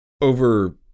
over